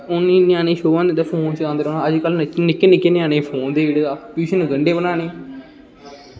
ओह् ञ्यानें सौन निं देना गेम खेल्लदे रौह्ना निक्के निक्के ञ्यानें गी फोन देई ओड़ेआ ट्यूशन गंढे पढ़ाने